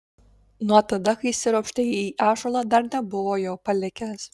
nuo tada kai įsiropštė į ąžuolą dar nebuvo jo palikęs